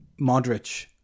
Modric